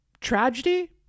tragedy